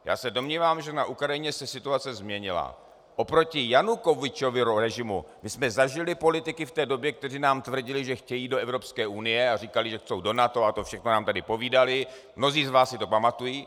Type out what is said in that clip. Já se domnívám, že na Ukrajině se situace změnila oproti Janukovyčovu režimu, kdy jsme zažili politiky v té době, kteří nám tvrdili, že chtějí do Evropské unie, a říkali, že chtějí do NATO, a to všechno nám tady povídali, mnozí z vás si to pamatují.